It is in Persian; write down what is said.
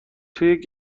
توی